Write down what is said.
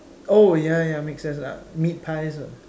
oh ya ya make sense ah meat pies lah